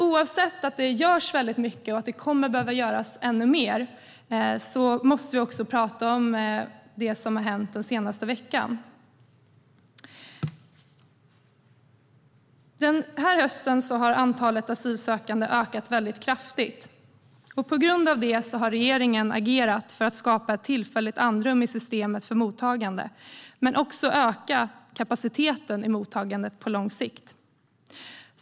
Oavsett om det görs mycket, och att det kommer att behöva göras ännu mer, måste vi också prata om vad som har hänt den senaste veckan. Den här hösten har antalet asylsökande ökat kraftigt. På grund av det har regeringen agerat för att skapa ett tillfälligt andrum i systemet för mottagande och för att öka kapaciteten i mottagandet på lång sikt.